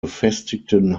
befestigten